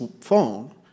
phone